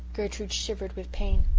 gertrude shivered with pain.